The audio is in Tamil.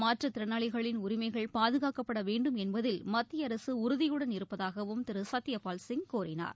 மாற்றுத்திறனாளிகளின் உரிமைகள் பாதுகாக்கப்படவேண்டும் என்பதில் மத்தியஅரசுஉறுதியுடன் இருப்பதாகவும் திருசத்யபால் சிங் கூறினார்